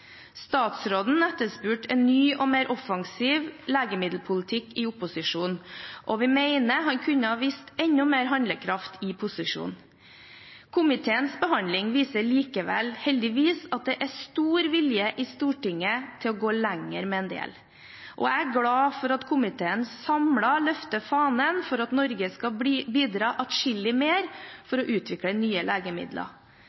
Statsråden etterspurte en ny og mer offensiv legemiddelpolitikk i opposisjon, og vi mener han kunne vist enda mer handlekraft i posisjon. Komiteens behandling viser heldigvis likevel at det er stor vilje i Stortinget til å gå lenger med en del. Jeg er glad for at komiteen samlet løfter fanen for at Norge skal bidra atskillig mer